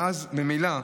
ואז ממילא,